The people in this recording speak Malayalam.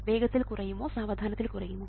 വേഗത്തിൽ കുറയുമോ സാവധാനത്തിൽ കുറയുമോ